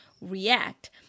react